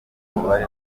umubare